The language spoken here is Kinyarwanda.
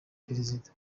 perezida